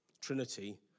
trinity